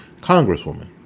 congresswoman